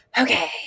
okay